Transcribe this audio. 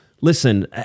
listen